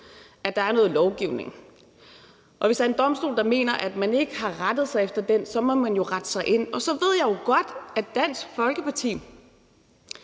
at der er noget lovgivning, og hvis der er en domstol, der mener, at man ikke har rettet sig efter den, så må man jo rette sig ind. Så ved jeg godt, at Dansk Folkeparti,